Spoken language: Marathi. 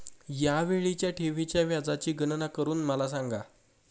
या वेळीच्या ठेवीच्या व्याजाची गणना करून मला सांगा